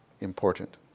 important